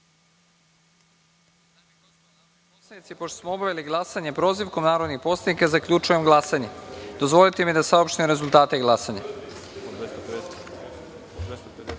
pošto smo obavili glasanje prozivkom narodnih poslanika, zaključujem glasanje. Dozvolite mi da saopštim rezultate glasanja. Od